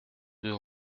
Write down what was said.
deux